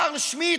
קרל שמיט,